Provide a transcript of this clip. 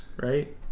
right